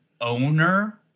owner